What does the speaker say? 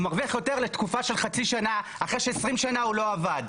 הוא מרוויח יותר לתקופה של חצי שנה אחרי ש-20 שנים הוא לא עבד.